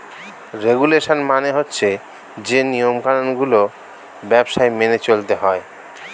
regulation মানে হচ্ছে যে নিয়ম কানুন গুলো ব্যবসায় মেনে চলতে হয়